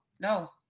no